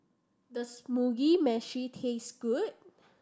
does Mugi Meshi taste good